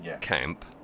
camp